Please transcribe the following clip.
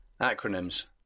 Acronyms